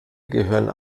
gehören